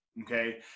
Okay